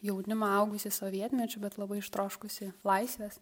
jaunimą augusį sovietmečiu bet labai ištroškusį laisvės